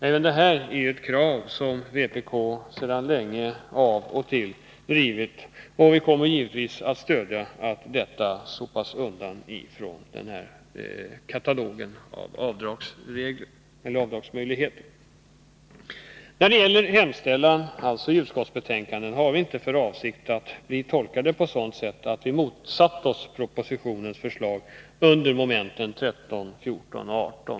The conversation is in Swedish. Även det är ett krav som vpk sedan länge av och till drivit. Vi kommer givetvis att stödja förslaget att detta avdrag sopas undan från katalogen av avdragsmöjligheter. Vår avsikt har således inte varit att motsätta oss propositionens förslag under mom. 13, 14 och 18.